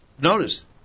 Notice